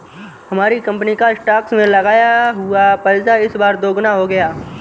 हमारी कंपनी का स्टॉक्स में लगाया हुआ पैसा इस बार दोगुना हो गया